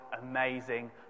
amazing